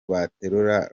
baterura